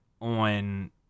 on